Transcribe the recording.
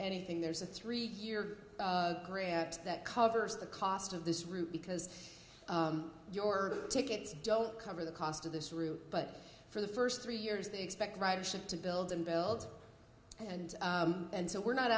anything there's a three year grant that covers the cost of this route because your tickets don't cover the cost of this route but for the first three years they expect ridership to build and build and and so we're not